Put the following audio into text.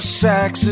sex